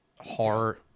horror